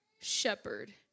shepherd